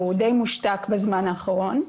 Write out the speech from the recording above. והוא די מושתק בזמן האחרון.